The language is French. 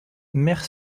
mers